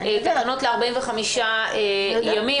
התקנות ל-45 ימים.